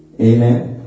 Amen